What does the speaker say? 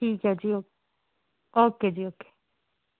ਠੀਕ ਹੈ ਜੀ ਓ ਓਕੇ ਜੀ ਓਕੇ